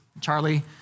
Charlie